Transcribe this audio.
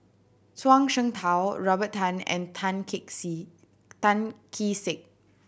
Zhuang Shengtao Robert Tan and Tan Kee Sek